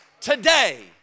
today